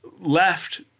left